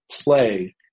play